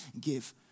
give